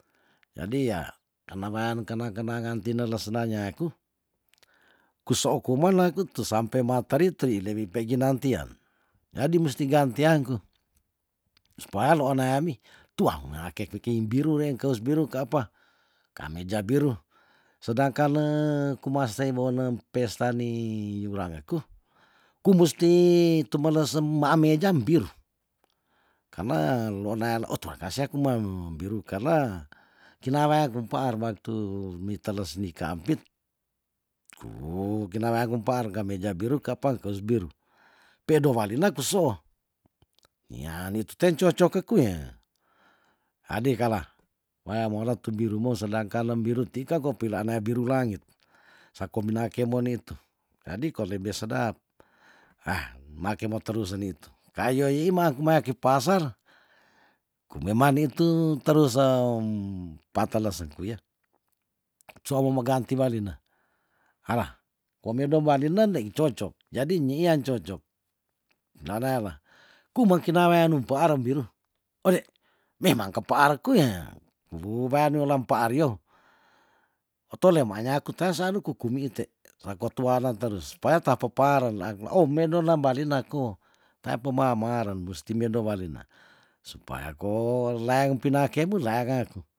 Jadi yah kana wean kenang kenangan tinelas na nyaku kusoo kumene kut tu sampe materi tri lebi pegi naan tian jadi musti ganti angku supaan ona ami tuang wea keke keng biru rengkes biru ka apa kameja biru sedangkan ne kumaas sei bone pesta ni wurang aku kumusti temenesem maam mejam biru karna lonael o tuan kasea kuman biru karna kina waya kum paar matu miteles ni kaampit ku kina waya kum paar kameja biru ka apa kous biru pedo walina kusoo nian nitu ten cocok ke ku ya adei kala maya mole tu biru mo sedang kalem biru ti kang ko pilaanaya biru langit sako mina kemo nitu jadi ko lebe sedap hah make mo telu seni tu kayo yi maak maki paser kumeman nitu terusen patelesen ku yah cuma memeganti walina adah kuamedo moalinen legi cocok jadi nyei yan cocok naneila kumeng kina weanu mpaar embil ote memang kepaarku ye ubu wean welam paar yo otole maa nyaku tea san nuku kumiite sako tuana terus supaya ta pepaaren laak o moden la bilina ko tea pema mearen musti medo walina supaya ko laeng pina kemus laeng ngaku